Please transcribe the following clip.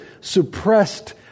suppressed